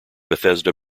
bethesda